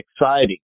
exciting